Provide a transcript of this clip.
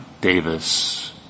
Davis